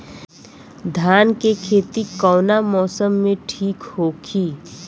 धान के खेती कौना मौसम में ठीक होकी?